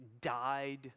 died